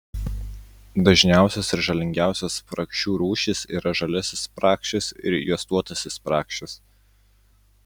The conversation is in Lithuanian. dažniausios ir žalingiausios spragšių rūšys yra žaliasis spragšis ir juostuotasis spragšis